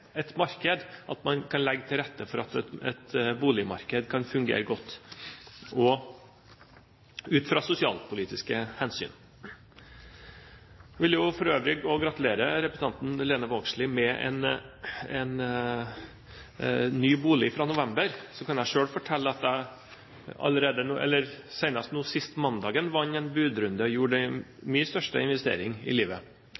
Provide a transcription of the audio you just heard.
et marked at man kan legge til rette for at et boligmarked kan fungere godt, også ut fra sosialpolitiske hensyn. Jeg vil for øvrig gratulere representanten Lene Vågslid med en ny bolig fra november. Så kan jeg selv fortelle at jeg senest nå sist mandag vant en budrunde og gjorde